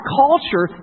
culture